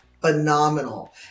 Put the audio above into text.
phenomenal